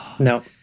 No